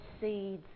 seeds